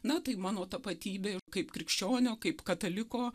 na tai mano tapatybė kaip krikščionio kaip kataliko